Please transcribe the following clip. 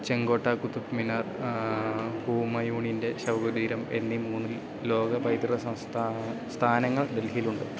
ചെങ്കോട്ട ഖുതുബ് മിനാർ ഹുമയൂണിൻ്റെ ശവകുടീരം എന്നീ മൂന്നു ലോകപൈതൃക സംസ്ഥാ സ്ഥാനങ്ങൾ ഡൽഹിയിലുണ്ട്